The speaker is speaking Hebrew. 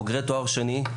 בוגרי תואר שני,